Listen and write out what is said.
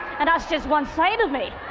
and that's just one side of me.